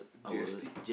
G_S_T